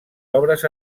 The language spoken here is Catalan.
obres